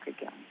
again